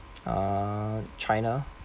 uh china